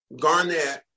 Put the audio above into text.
Garnett